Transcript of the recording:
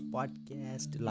Podcast